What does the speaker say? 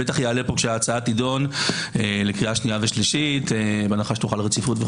וזה בטח יעלה כשההצעה תידון בקריאה שנייה ושלישית בהנחה שתחול רציפות.